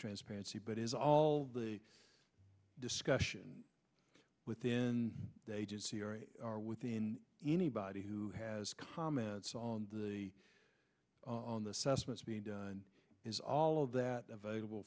transparency but is all the discussion within the agency within anybody who has comments on the on the substance being done is all of that available